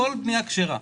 הכול בנייה כשרה.